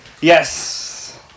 Yes